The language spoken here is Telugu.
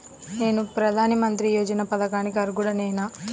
నేను ప్రధాని మంత్రి యోజన పథకానికి అర్హుడ నేన?